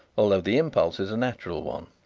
although the impulse is a natural one.